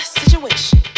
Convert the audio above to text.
situation